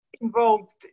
involved